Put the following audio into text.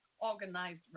organized